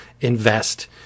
invest